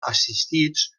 assistits